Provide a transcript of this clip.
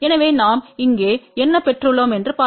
எனவே நாம் இங்கே என்ன பெற்றுள்ளோம் என்று பார்ப்போம்